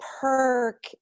perk